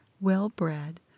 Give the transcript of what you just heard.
well-bred